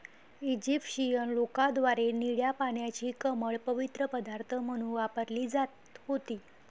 Egyptian लोकांद्वारे निळ्या पाण्याची कमळ पवित्र पदार्थ म्हणून वापरली जात होती